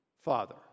father